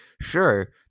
sure